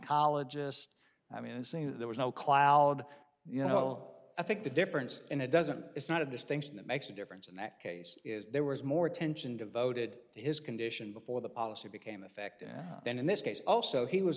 oncologist i mean to say that there was no cloud you know i think the difference in a doesn't it's not a distinction that makes a difference in that case is there was more attention devoted to his condition before the policy became effect and then in this case also he was